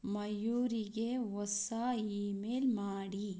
ಮಯೂರಿಗೆ ಹೊಸ ಇಮೇಲ್ ಮಾಡಿ